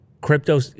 crypto